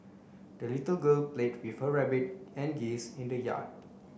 the little girl played with her rabbit and geese in the yard